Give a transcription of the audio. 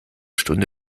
stunde